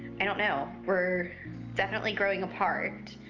i don't know. we're definitely growing apart.